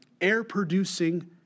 air-producing